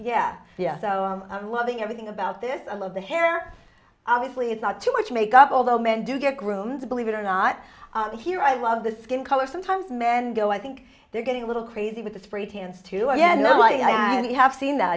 yeah yeah so i'm loving everything about this i love the hair obviously it's not too much makeup although men do get grooms believe it or not here i love the skin color sometimes men go i think they're getting a little crazy with the spray cans too and the like and you have seen that